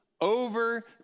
over